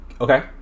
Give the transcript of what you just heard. Okay